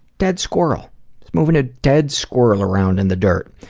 dead squirrel! he's moving a dead squirrel around in the dirt.